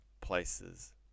places